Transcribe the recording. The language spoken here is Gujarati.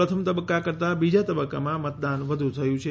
પ્રથમ તબક્કા કરતાં બીજા તબક્કામા મતદાન વધુ થયું છે